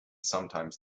sometimes